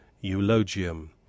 eulogium